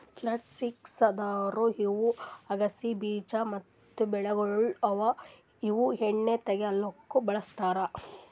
flux seeds ಅಂದುರ್ ಇವು ಅಗಸಿ ಬೀಜ ಮತ್ತ ಬೆಳೆಗೊಳ್ ಅವಾ ಇವು ಎಣ್ಣಿ ತೆಗಿಲುಕ್ ಬಳ್ಸತಾರ್